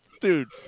dude